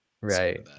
Right